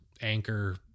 anchor